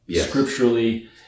scripturally